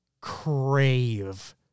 crave